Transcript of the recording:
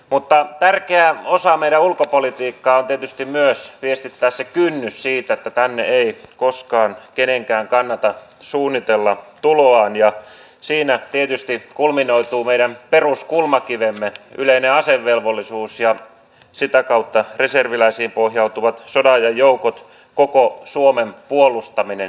mutta tärkeä osa meidän ulkopolitiikkaamme on tietysti myös viestittää se kynnys että tänne ei koskaan kenenkään kannata suunnitella tuloaan ja siinä tietysti kulminoituu meidän peruskulmakivemme yleinen asevelvollisuus ja sitä kautta reserviläisiin pohjautuvat sodanajan joukot koko suomen puolustaminen